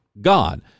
God